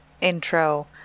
intro